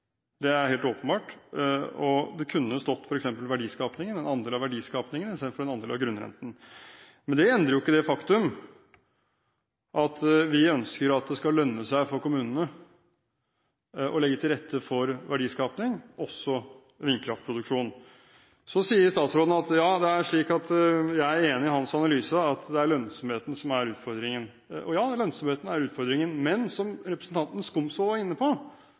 Det er helt åpenbart. Det kunne f.eks. stått «en andel av verdiskapingen» i stedet for «en andel av grunnrenten». Men det endrer ikke det faktum at vi ønsker at det skal lønne seg for kommunene å legge til rette for verdiskaping, også vindkraftproduksjon. Så sier statsråden at jeg er enig i hans analyse av at det er lønnsomheten som er utfordringen. Ja, lønnsomheten er utfordringen. Men som representanten Skumsvoll var inne på,